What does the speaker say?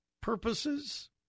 purposes